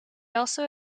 also